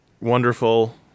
wonderful